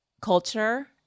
culture